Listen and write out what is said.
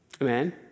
Amen